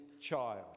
child